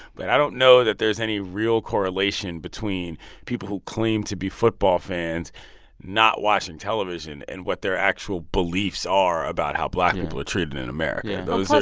but i don't know that there's any real correlation between people who claim to be football fans not watching television and what their actual beliefs are about how black people are treated in america yeah